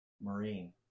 marine